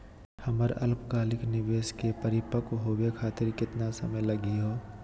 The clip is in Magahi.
हमर अल्पकालिक निवेस क परिपक्व होवे खातिर केतना समय लगही हो?